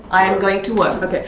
i am going to work. ah